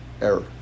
error